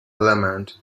element